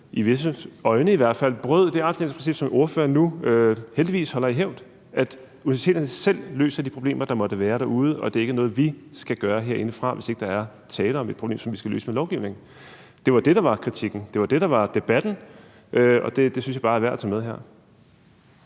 i visses øjne brød det armslængdeprincip, som ordføreren nu heldigvis holder i hævd, altså at universiteterne selv løser de problemer, der måtte være derude, og at det ikke er noget, vi skal gøre herindefra, hvis der ikke er tale om et problem, som vi skal løse med lovgivning. Det var det, der var kritikken. Det var det, der var debatten, og det synes jeg bare er værd at tage med her.